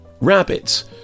Rabbits